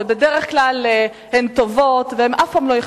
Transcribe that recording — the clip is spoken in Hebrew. ובדרך כלל הן טובות והן אף פעם לא אכזבו,